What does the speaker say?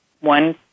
one